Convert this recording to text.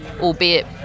albeit